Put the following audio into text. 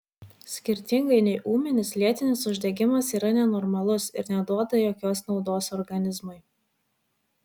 skirtingai nei ūminis lėtinis uždegimas yra nenormalus ir neduoda jokios naudos organizmui